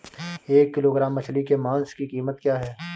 एक किलोग्राम मछली के मांस की कीमत क्या है?